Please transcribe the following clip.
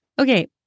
okay